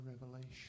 revelation